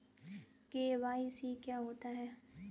KYC क्या होता है?